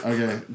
Okay